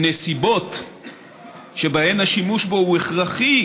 בנסיבות שבהן השימוש בו הוא הכרחי